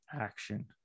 action